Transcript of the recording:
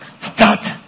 start